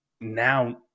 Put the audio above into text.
now